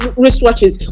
wristwatches